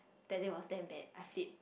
that day was damn bad I flip